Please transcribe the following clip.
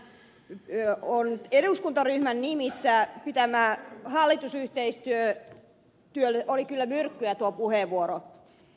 tulkitsen että hänen eduskuntaryhmänsä nimissä käyttämänsä puheenvuoro oli hallitusyhteistyölle kyllä myrkkyä